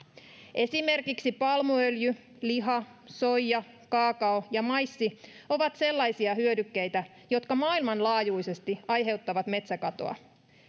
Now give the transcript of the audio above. esimerkiksi palmuöljy liha soija kaakao ja maissi ovat sellaisia hyödykkeitä jotka maailmanlaajuisesti aiheuttavat metsäkatoa